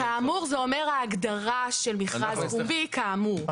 זה אומר ההגדרה של מכרז פומבי כאמור,